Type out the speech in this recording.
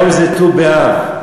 היום זה ט"ו באב,